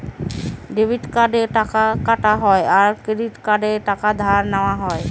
debit কার্ডে টাকা কাটা হয় আর ক্রেডিট কার্ডে টাকা ধার নেওয়া হয়